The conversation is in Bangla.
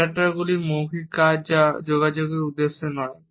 অ্যাডাপ্টারগুলি অমৌখিক কাজ যা যোগাযোগের উদ্দেশ্যে নয়